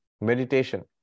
meditation